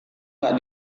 nggak